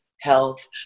health